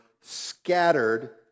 scattered